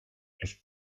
los